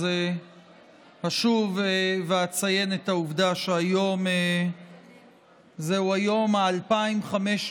אז אשוב ואציין את העובדה שהיום זהו היום ה-2,500